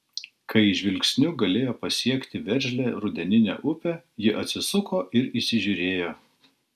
kai žvilgsniu galėjo pasiekti veržlią rudeninę upę ji atsisuko ir įsižiūrėjo